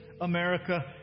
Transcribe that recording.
America